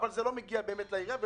אבל זה לא מגיע באמת לעירייה.